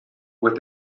with